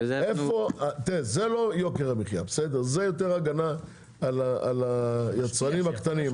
זה לא יוקר המחייה, זה יותר הגנה על יצרנים קטנים.